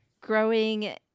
growing